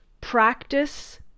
practice